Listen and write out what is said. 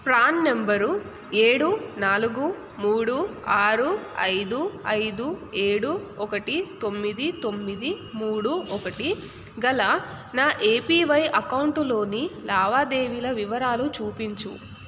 PRAN number ఏడు నాలుగు మూడు ఆరు ఐదు ఐదు ఏడు ఒకటి తొమ్మిది తొమ్మిది మూడు ఒకటి గల నా ఏపివై అకౌంటులోని లావాదేవీల వివరాలు చూపించు